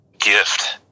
gift